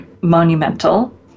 monumental